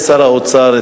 שר האוצר,